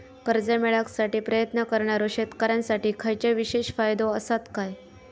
कर्जा मेळाकसाठी प्रयत्न करणारो शेतकऱ्यांसाठी खयच्या विशेष फायदो असात काय?